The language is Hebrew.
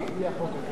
סעיפים 4 5,